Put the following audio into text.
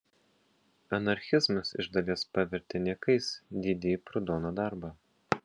anarchizmas iš dalies pavertė niekais didįjį prudono darbą